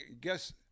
guess